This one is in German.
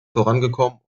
vorangekommen